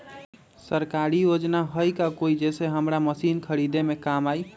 सरकारी योजना हई का कोइ जे से हमरा मशीन खरीदे में काम आई?